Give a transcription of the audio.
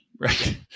Right